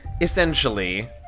essentially